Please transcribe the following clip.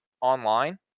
online